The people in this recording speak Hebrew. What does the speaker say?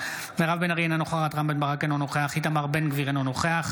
אינו נוכח